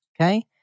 Okay